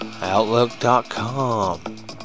outlook.com